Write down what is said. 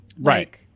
Right